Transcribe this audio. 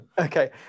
okay